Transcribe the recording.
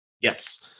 Yes